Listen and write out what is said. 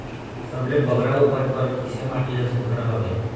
सबले बगरा उपज बर किसे माटी हर सुघ्घर हवे?